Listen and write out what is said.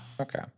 okay